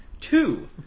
Two